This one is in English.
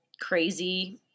crazy